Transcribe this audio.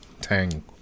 tang